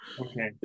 Okay